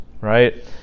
right